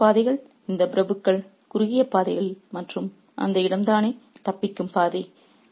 குறுகிய பாதைகள் இந்தப் பிரபுக்கள் குறுகிய பாதைகள் மற்றும் அந்த இடம் தானே தப்பிக்கும் பாதை